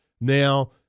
Now